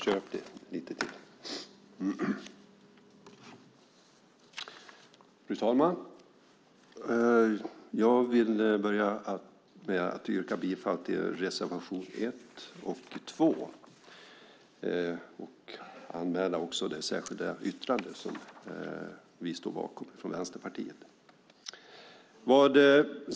Fru talman! Jag vill börja med att yrka bifall till reservation 1 och 2 och även anmäla det särskilda yttrande som vi från Vänsterpartiet står bakom.